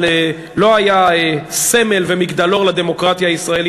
אבל לא היה סמל ומגדלור לדמוקרטיה הישראלית,